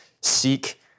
Seek